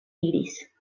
diris